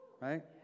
Right